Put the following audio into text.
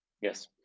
Yes